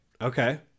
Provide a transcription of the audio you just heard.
Okay